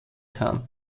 kam